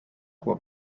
will